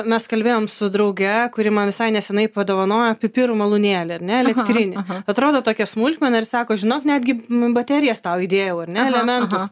mes kalbėjom su drauge kuri man visai neseniai padovanojo pipirų malūnėlį ar ne elektrinį atrodo tokia smulkmena ir sako žinok netgi baterijas tau įdėjau ar ne elementus